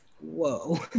whoa